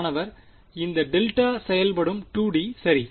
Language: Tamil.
மாணவர் இந்த டெல்டா செயல்பாடும் 2 டி சரி